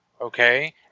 okay